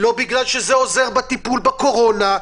לא בגלל שזה עוזר לטיפול בקורונה.